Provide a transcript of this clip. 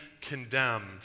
condemned